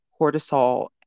Cortisol